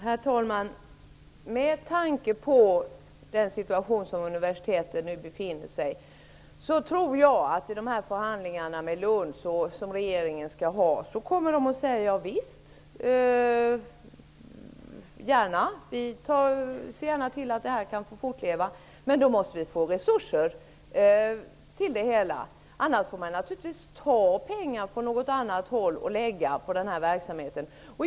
Herr talman! Med tanke på den situation som universiteten nu befinner sig i, tror jag att Lunds universitet i de förhandlingar man skall ha med regeringen kommer att säga: Ja, visst. Vi ser gärna till att det här kan få fortleva, men då måste vi få resurser. Om de inte får resurser får de naturligtvis lov att ta pengar på något annat håll för att lägga på den här verksamheten.